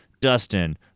Dustin